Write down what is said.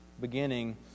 beginning